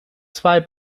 zwei